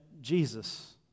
Jesus